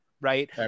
right